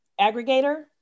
aggregator